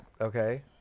Okay